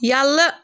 یَلہٕ